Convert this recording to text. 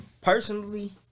personally